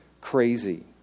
crazy